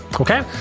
okay